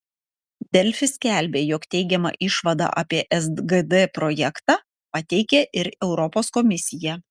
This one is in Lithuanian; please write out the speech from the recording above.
delfi skelbė jog teigiamą išvadą apie sgd projektą pateikė ir europos komisija